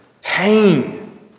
pain